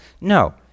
No